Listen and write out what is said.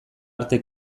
arte